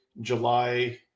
July